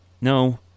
No